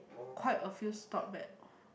quite a few stop back